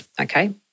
okay